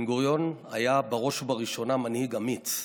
בן-גוריון היה בראש ובראשונה מנהיג אמיץ.